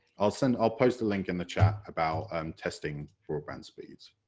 ah so and ah post a link in the chat about um testing broadband speeds.